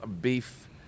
beef